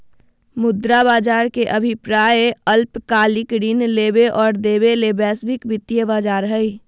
मुद्रा बज़ार के अभिप्राय अल्पकालिक ऋण लेबे और देबे ले वैश्विक वित्तीय बज़ार हइ